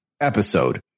episode